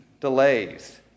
delays